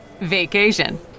Vacation